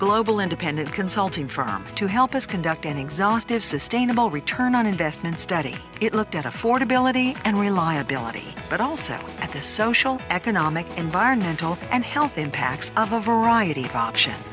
global independent consulting firm to help us conduct an exhaustive sustainable return on investment study it looked at affordability and reliability but also at the social economic environmental and health impacts of a variety of option